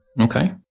Okay